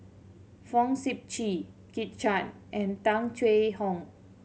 Fong Sip Chee Kit Chan and Tung Chye Hong